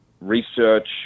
research